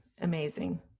amazing